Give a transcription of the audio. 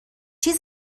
چیز